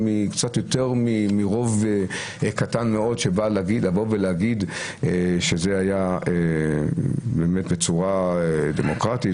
קצת יותר מרוב קטן מאוד שבא לבוא ולהגיד שזה היה באמת בצורה דמוקרטית,